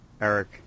Eric